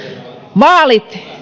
vaalit